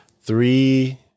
three